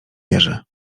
jerzy